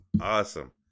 Awesome